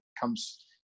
comes